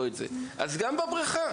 כך